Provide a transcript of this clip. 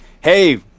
hey